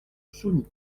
chauny